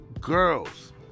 girls